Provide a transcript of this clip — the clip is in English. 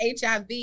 HIV